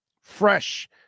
Fresh